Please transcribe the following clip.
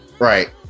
Right